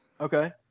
Okay